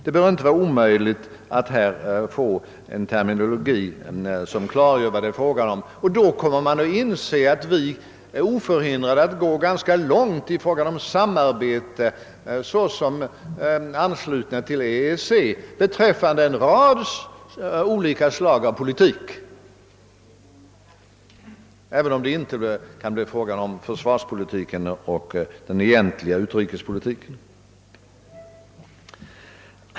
Det bör inte vara omöjligt att här få fram en terminologi som klargör vad det är frågan om, och då kommer man att inse att vi är oförhindrade att såsom anslutna till EEC gå ganska långt i fråga om samarbete beträffande en rad olika slag av politik, även om det inte kan bli fråga om försvarspolitik och den egentliga utrikespolitiken.